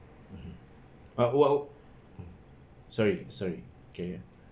mmhmm sorry sorry carry on